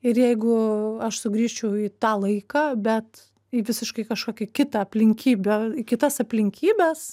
ir jeigu aš sugrįžčiau į tą laiką bet į visiškai kažkokį kitą aplinkybę į kitas aplinkybes